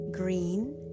Green